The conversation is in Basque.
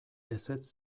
ezetz